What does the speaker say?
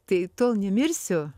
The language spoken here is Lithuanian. tik tol nemirsiu